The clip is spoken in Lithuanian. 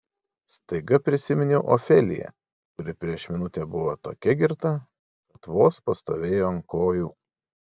staiga prisiminiau ofeliją kuri prieš minutę buvo tokia girta kad vos pastovėjo ant kojų